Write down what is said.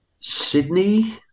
Sydney